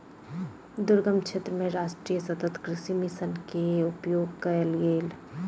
दुर्गम क्षेत्र मे राष्ट्रीय सतत कृषि मिशन के उपयोग कयल गेल